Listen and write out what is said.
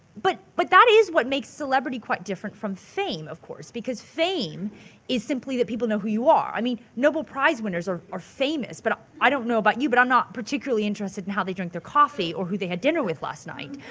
but but that is what makes celebrity quite different from fame, of course, because fame is simply that people know who you are. i mean nobel prize winners are-are famous, but i don't know about you but i'm not particularly interested in how they drink their coffee or who they had dinner with last night.